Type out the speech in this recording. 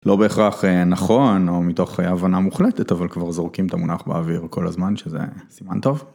לא בהכרח נכון, או מתוך הבנה מוחלטת, אבל כבר זורקים את המונח באוויר כל הזמן שזה סימן טוב.